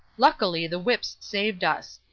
luckily the whips saved us.